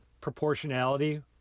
proportionality